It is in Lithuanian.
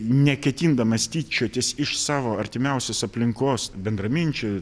neketindamas tyčiotis iš savo artimiausios aplinkos bendraminčių